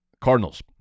Cardinals